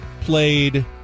played